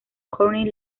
courtney